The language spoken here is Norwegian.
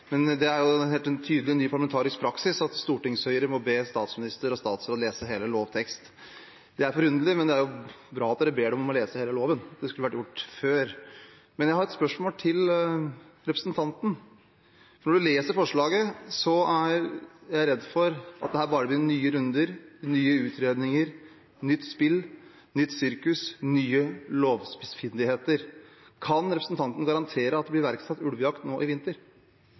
men det er bra at de ber dem om å lese hele loven. Det skulle vært gjort før. Jeg har et spørsmål til representanten Milde: Når jeg leser forslaget, er jeg redd for at dette bare blir nye runder, nye utredninger, nytt spill, nytt sirkus, nye lovspissfindigheter. Kan representanten garantere at det blir iverksatt ulvejakt nå i vinter?